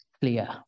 clear